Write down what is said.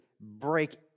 break